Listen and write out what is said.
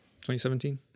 2017